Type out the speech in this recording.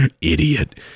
Idiot